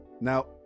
Now